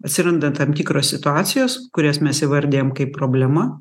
atsiranda tam tikros situacijos kurias mes įvardijam kaip problema